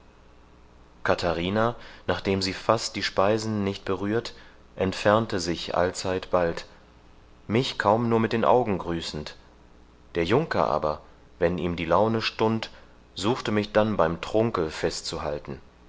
katharina nachdem sie fast die speisen nicht berührt entfernte sich allzeit bald mich kaum nur mit den augen grüßend der junker aber wenn ihm die laune stund suchte mich dann beim trunke festzuhalten